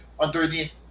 underneath